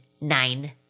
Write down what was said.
nine